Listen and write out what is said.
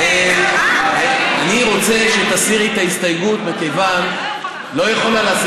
אני רוצה שתסירי את ההסתייגות, מכיוון, לא יכולה.